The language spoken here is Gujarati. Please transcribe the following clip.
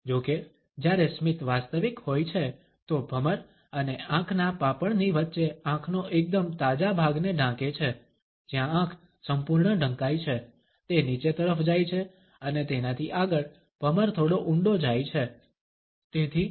જોકે જ્યારે સ્મિત વાસ્તવિક હોય છે તો ભમર અને આંખના પાપણની વચ્ચે આંખનો એકદમ તાજા ભાગને ઢાંકે છે જ્યાં આંખ સંપૂર્ણ ઢંકાઈ છે તે નીચે તરફ જાય છે અને તેનાથી આગળ ભમર થોડો ઊંડો જાય છે Refer time 1909